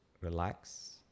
relax